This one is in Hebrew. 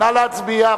נא להצביע.